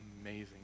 amazing